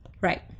Right